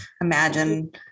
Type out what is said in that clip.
imagine